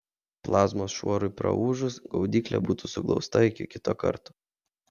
plazmos šuorui praūžus gaudyklė būtų suglausta iki kito karto